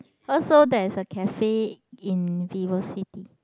oh so there's a cafe in VivoCity